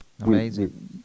Amazing